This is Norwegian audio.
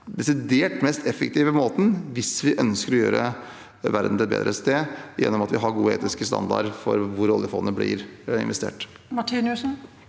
desidert mest effektive måten, hvis vi ønsker å gjøre verden til et bedre sted gjennom å ha gode etiske standarder for hvor oljefondet blir investert.